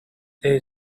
they